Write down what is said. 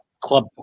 club